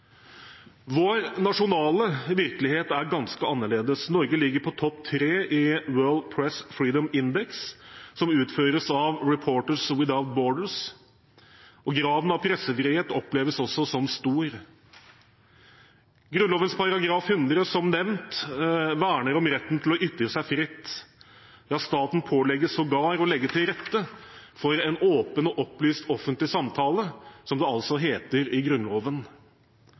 Vår nasjonale virkelighet er ganske annerledes. Norge ligger på topp 3 i World Press Freedom Index, som utføres av Reporters Without Borders. Graden av pressefrihet oppleves også som stor. Grunnloven § 100, som nevnt, verner om retten til å ytre seg fritt. Ja, staten pålegges sågar å legge «til rette for en åpen og opplyst offentlig samtale», som det altså heter i Grunnloven.